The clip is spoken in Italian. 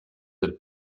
del